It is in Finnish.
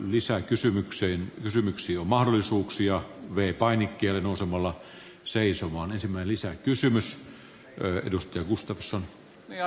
lisää kysymykseen kysymyksesi on mahdollisuuksia vei paini keinuu samalla seisomaan välissä kysymys lyö edusti mustat arvoisa puhemies